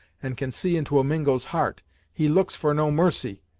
and can see into a mingo's heart he looks for no mercy.